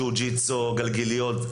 ג'וג'יטסו וגלגיליות.